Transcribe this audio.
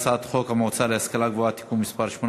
נמנעים 1. הצעת חוק הממשלה (תיקון מס' 9)